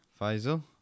Faisal